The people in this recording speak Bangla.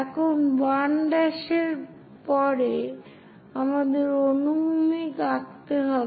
এখন 1' এর পরে আমাদের অনুভূমিক আঁকতে হবে